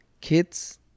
kids